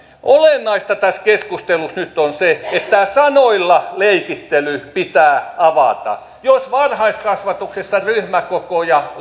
olennaista tässä keskustelussa nyt on se että tämä sanoilla leikittely pitää avata jos varhaiskasvatuksessa ryhmäkokoja